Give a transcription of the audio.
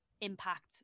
impact